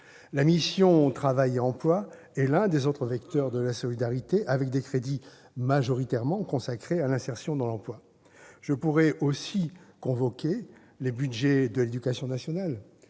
La mission « Travail et emploi » est l'un des autres vecteurs de la solidarité, avec des crédits majoritairement consacrés à l'insertion dans l'emploi. Je pourrais aussi convoquer le budget de l'éducation nationale